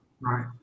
Right